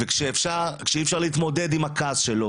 וכשאי אפשר להתמודד עם הכעס של הילד,